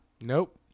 nope